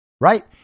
right